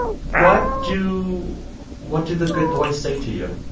what do what do the good boys say to you?